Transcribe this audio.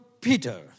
Peter